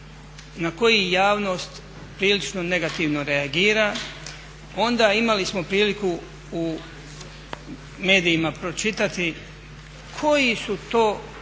na koji javnost prilično negativno reagira onda imali smo priliku u medijima pročitati koji su to